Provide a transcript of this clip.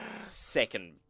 Second